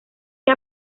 que